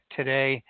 today